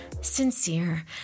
sincere